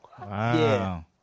Wow